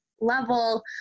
level